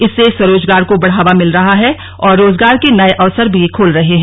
इससे स्वरोजगार को बढ़ावा मिल रहा है और रोजगार के नये अवसर भी खुल रहे हैं